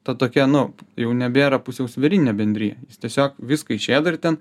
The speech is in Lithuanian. ta tokia nu jau nebėra pusiausvyrinė bendrija tiesiog viską išėda ir ten